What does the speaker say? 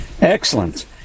Excellent